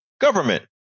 government